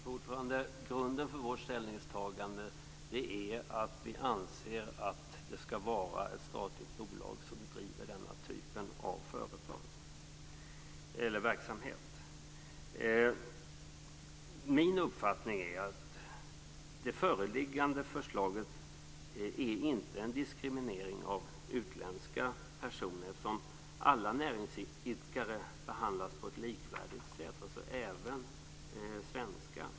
Fru talman! Grunden för vårt ställningstagande är att vi anser att det skall vara ett statligt bolag som driver denna typ av verksamhet. Min uppfattning är att det föreliggande förslaget inte är en diskriminering av utländska personer. Alla näringsidkare behandlas på ett likvärdigt sätt, alltså även svenska.